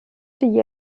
die